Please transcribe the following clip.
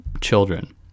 children